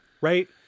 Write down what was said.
Right